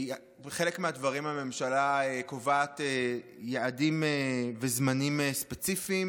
בחלק מהדברים הממשלה קובעת יעדים וזמנים ספציפיים.